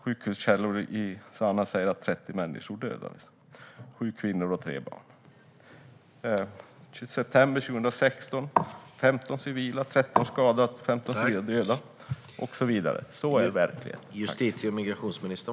Sjukhuskällor i Sana säger att 30 människor dödades, varav sju kvinnor och tre barn. I september 2016 dödades 15 civila och skadades 13, och så vidare. Så är verkligheten.